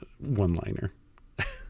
one-liner